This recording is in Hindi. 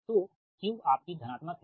तो Q आपकी धनात्मक हैं